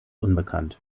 unbekannt